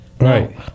Right